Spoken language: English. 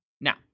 Now